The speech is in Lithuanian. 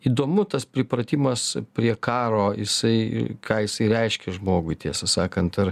įdomu tas pripratimas prie karo jisai ką reiškia žmogui tiesą sakant ar